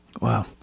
Wow